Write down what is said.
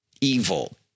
Evil